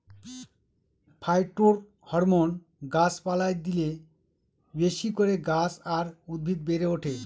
phytohormone গাছ পালায় দিলে বেশি করে গাছ আর উদ্ভিদ বেড়ে ওঠে